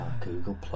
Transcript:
Google+